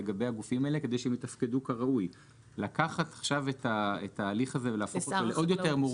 שוב, לאחר הליך מדורג